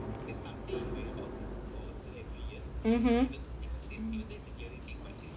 mmhmm